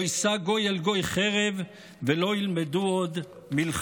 לא ישא גוי אל גוי חרב ולא ילמדו עוד מלחמה".